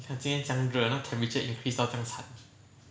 你看今天这样热那个 temperature increase 到这样惨